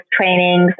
trainings